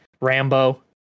Rambo